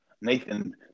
Nathan